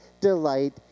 delight